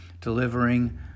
delivering